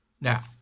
Now